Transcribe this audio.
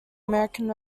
american